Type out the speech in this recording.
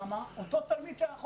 כי אותו תלמיד שהיה חולה,